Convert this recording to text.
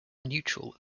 neutral